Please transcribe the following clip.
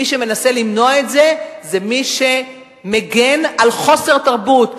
מי שמנסה למנוע את זה זה מי שמגן על חוסר תרבות.